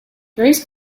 various